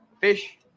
fish